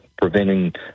preventing